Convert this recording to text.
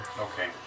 Okay